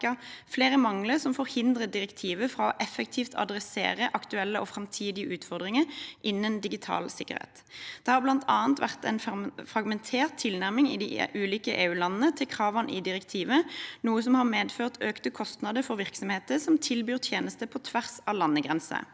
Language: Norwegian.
flere mangler som forhindrer direktivet fra effektivt å adressere aktuelle og framtidige utfordringer innenfor digital sikkerhet. Det har bl.a. vært en fragmentert tilnærming i de ulike EU-landene til kravene i direktivet, noe som har medført økte kostnader for virksomheter som tilbyr tjenester på tvers av landegrenser.